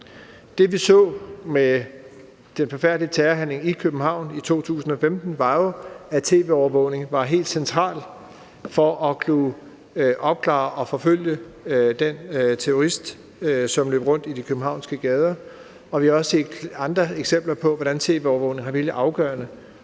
som vi så med den forfærdelige terrorhandling i København i 2015, var jo, at tv-overvågning var helt centralt for at kunne opklare det og forfølge den terrorist, som løb rundt i de københavnske gader, og vi har også set andre eksempler på, hvordan tv-overvågning har været helt afgørende